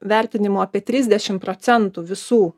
vertinimu apie trisdešim procentų visų